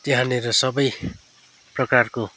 त्यहाँनिर सबै प्रकारको